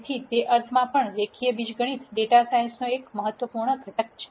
તેથી તે અર્થમાં પણ રેખીય બીજગણિત ડેટા સાયન્સનો એક મહત્વપૂર્ણ ઘટક છે